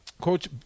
coach